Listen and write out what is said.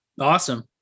Awesome